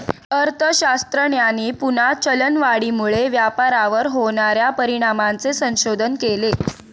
अर्थशास्त्रज्ञांनी पुन्हा चलनवाढीमुळे व्यापारावर होणार्या परिणामांचे संशोधन केले